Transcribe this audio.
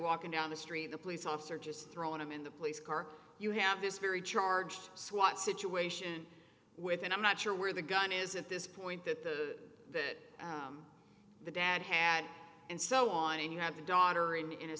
walking down the street the police officer just throwing him in the police car you have this very charged swat situation with and i'm not sure where the gun is at this point that the that the dad had and so on and you have the daughter in in a